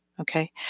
Okay